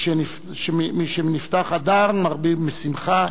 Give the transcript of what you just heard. משנכנס אדר מרבים בשמחה.